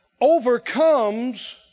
overcomes